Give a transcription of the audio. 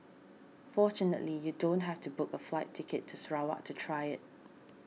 fortunately you don't have to book a flight ticket to Sarawak to try it